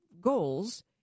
goals